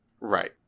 Right